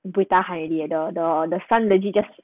beh tahan already the the the sun legit just